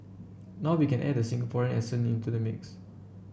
now we can add the Singaporean accent into the mix